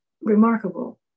remarkable